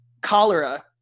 cholera